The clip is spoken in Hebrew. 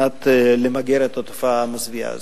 27 ממשלות מיוצגות בו.